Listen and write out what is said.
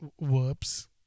Whoops